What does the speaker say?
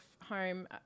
home